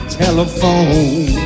telephone